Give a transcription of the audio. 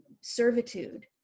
servitude